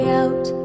out